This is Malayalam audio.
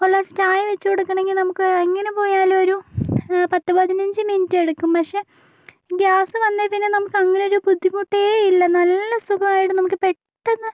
ഒരു ഗ്ലാസ് ചായ വെച്ച് കൊടുക്കണെങ്കിൽ നമുക്ക് എങ്ങനെ പോയാലും ഒരു പത്ത് പതിനഞ്ച് മിനിറ്റെടുക്കും പക്ഷെ ഗ്യാസ് വന്നേപ്പിന്നെ നമുക്ക് അങ്ങനെയൊരു ബുദ്ധിമുട്ടേയില്ല നല്ല സുഖായിട്ട് നമുക്ക് പെട്ടന്ന്